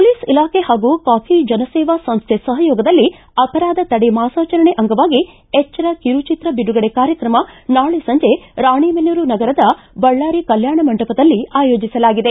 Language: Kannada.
ಮೊಲೀಸ್ ಇಲಾಖೆ ಹಾಗೂ ಕಾಕಿ ಜನಸೇವಾ ಸಂಸ್ಥೆ ಸಹಯೋಗದಲ್ಲಿ ಅಪರಾಧ ತಡೆ ಮಾಸಾಚರಣೆ ಅಂಗವಾಗಿ ಎಚ್ಚರ ಕಿರುಚಿತ್ರ ಬಿಡುಗಡೆ ಕಾರ್ಯಕ್ರಮ ನಾಳೆ ಸಂಜೆ ರಾಣೇಬೆನ್ನೂರು ನಗರದ ಬಳ್ಳಾರಿ ಕಲ್ಯಾಣ ಮಂಟಪದಲ್ಲಿ ಆಯೋಜಿಸಲಾಗಿದೆ